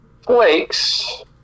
Flakes